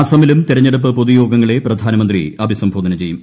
അസമിലും തെരഞ്ഞെടുപ്പ് പ്പൊതു്ടുയോഗങ്ങളെ പ്രധാനമന്ത്രി അഭിസംബോധന ചെയ്യും